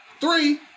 three